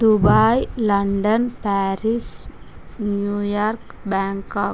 Dubai London Paris New York Bangkok